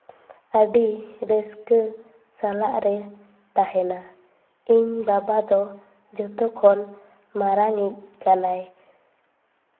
ᱟᱹᱰᱤ ᱨᱟᱹᱥᱠᱟ ᱥᱟᱞᱟᱜ ᱞᱮ ᱛᱟᱦᱮᱱᱟ ᱤᱧ ᱵᱟᱵᱟ ᱫᱚ ᱡᱷᱚᱛᱚ ᱠᱷᱚᱱ ᱢᱟᱨᱟᱝᱼᱤᱡ ᱠᱟᱱᱟᱭ